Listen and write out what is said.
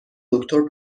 دکتر